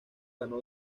ganó